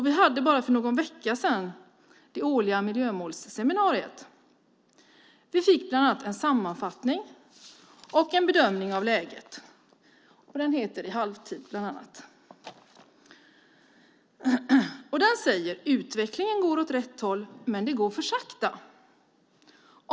Vi hade för bara någon vecka sedan det årliga miljömålsseminariet. Vi fick bland annat en sammanfattning och en bedömning av läget. Vi fick rapporten Miljömålen - i halvtid . Där står det: Utvecklingen går åt rätt håll, men det går för sakta.